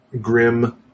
grim